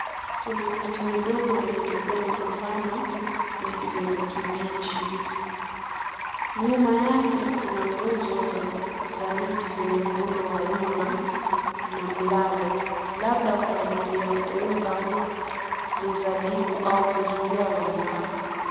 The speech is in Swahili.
Kuna miti midogo yenye majani mapana na kijani kibichi. Nyuma yake kuna nguzo za miti zenye muundo wa wima na mlalo. Labda kwa ajili ya kuunga mizabibu au kuzuia wanyama.